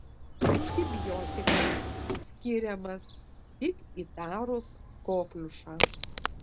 antibiotikas skiriamas tik įtarus kokliušą